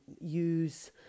use